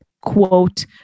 quote